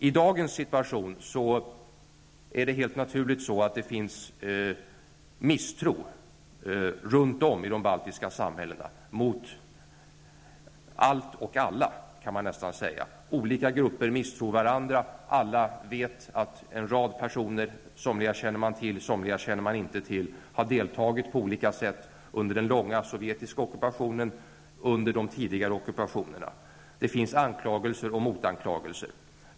I dagens situation är det helt naturligt på det sättet att det finns misstro runt om i de baltiska samhällena mot allt och alla, kan man nästan säga. Olika grupper misstror varandra. Alla vet att en rad personer, somliga känner man till, och somliga känner man inte till, har deltagit på olika sätt under den långa sovjetiska ockupationen och under de tidigare ockupationerna. Det finns anklagelser och motanklagelser.